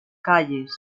calles